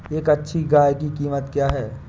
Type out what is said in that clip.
एक अच्छी गाय की कीमत क्या है?